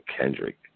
Kendrick